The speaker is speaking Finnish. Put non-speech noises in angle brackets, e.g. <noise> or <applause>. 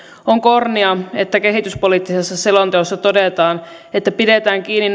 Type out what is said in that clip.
on kornia että kehityspoliittisessa selonteossa todetaan että pidetään kiinni <unintelligible>